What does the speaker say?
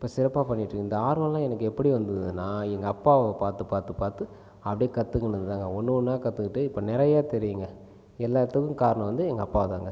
இப்போ சிறப்பாக பண்ணிகிட்டுருக்கேன் இந்த ஆர்வமெல்லாம் எனக்கு எப்படி வந்ததுன்னால் எங்கள் அப்பாவை பார்த்து பார்த்து பார்த்து அப்படியே கற்றுகுன்னு இருந்தேன் ஒன்று ஒன்றா கற்றுக்கிட்டு இப்போ நிறைய தெரியுங்க எல்லாத்துக்கும் காரணம் வந்து எங்கள் அப்பா தாங்க